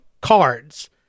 cards